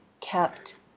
kept